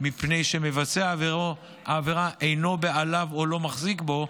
מפני שמבצע העבירה אינו בעליו או לא מחזיק בו,